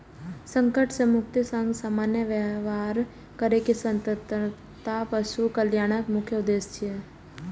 संकट सं मुक्तिक संग सामान्य व्यवहार करै के स्वतंत्रता पशु कल्याणक मुख्य उद्देश्य छियै